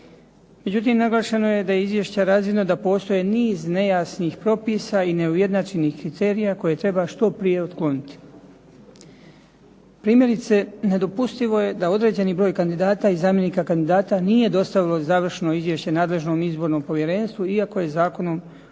Međutim, naglašeno je da je iz izvješća razvidno da postoji niz nejasnih propisa i neujednačenih kriterija koje treba što prije otkloniti. Primjerice nedopustivo je da određeni broj kandidata i zamjenika kandidata nije dostavilo završno izvješće nadležnom izbornom povjerenstvu iako je zakonom propisana